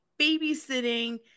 babysitting